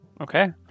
okay